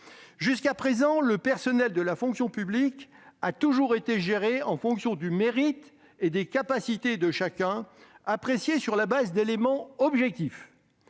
Jusqu'à présent, le personnel de la fonction publique a toujours été géré en fonction du mérite et des capacités de chacun, appréciés sur la base d'éléments objectifs.